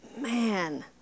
man